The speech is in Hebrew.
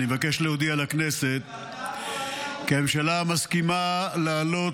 אני מבקש להודיע לכנסת כי הממשלה מסכימה לעלות